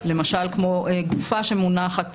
למשל כמו גופה שמונחת